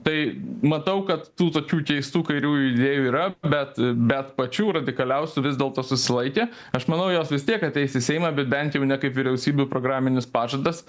tai matau kad tų tokių keistų kairiųjų idėjų yra bet bet pačių radikaliausių vis dėlto susilaikė aš manau jos vis tiek ateis į seimą bet bent jau ne kaip vyriausybių programinis pažadas